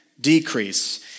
decrease